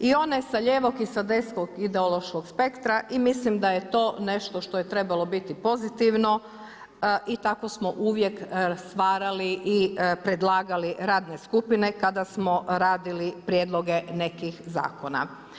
I one sa lijevog i sa desnog ideološkog spektra i mislim da je to nešto što je trebalo biti pozitivno i tako smo uvijek stvarali i predlagali radne skupine kada smo radili prijedloge nekih zakona.